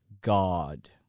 God